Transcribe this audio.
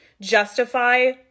justify